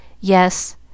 Yes